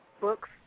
books